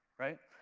right?